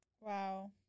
Wow